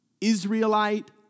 Israelite